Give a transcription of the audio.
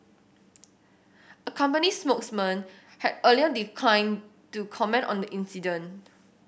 a company spokesman had earlier declined to comment on the incident